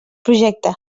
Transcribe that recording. projecte